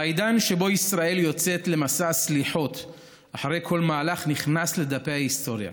העידן שבו ישראל יוצאת למסע סליחות אחרי כל מהלך נכנס לדפי ההיסטוריה.